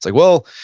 like well,